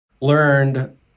learned